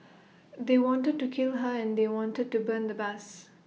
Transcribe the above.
they wanted to kill her and they wanted to burn the bus